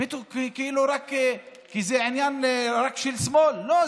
כאילו זה עניין רק של שמאל, לא.